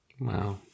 Wow